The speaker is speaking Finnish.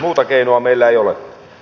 muuta keinoa meillä ei ole